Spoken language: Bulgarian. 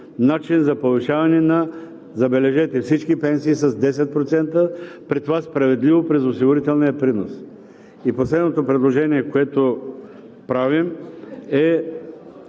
начин за повишаване на, забележете, всички пенсии с 10%, при това справедливо през осигурителния принос. И последното предложение, което правим, е